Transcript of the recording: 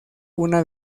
una